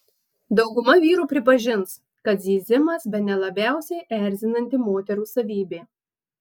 dauguma vyrų pripažins kad zyzimas bene labiausiai erzinanti moterų savybė